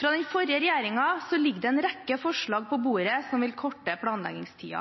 Fra den forrige regjeringen ligger det en rekke forslag på bordet